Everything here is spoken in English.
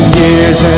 years